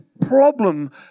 problem